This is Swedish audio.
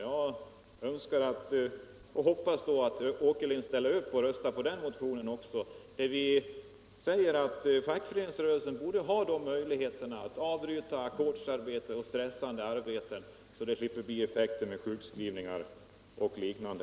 Jag hoppas att herr Åkerlind ställer upp och röstar på den motionen, där vi säger att fackföreningsrörelsen borde ha möjlighet att avbryta ackordsarbete och stressande arbeten över huvud taget, så att det inte behöver bli effekter i form av sjukskrivningar och liknande.